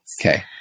Okay